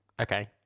Okay